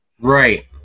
Right